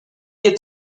est